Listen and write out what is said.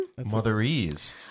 motherese